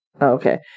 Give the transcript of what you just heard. Okay